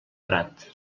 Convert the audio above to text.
prat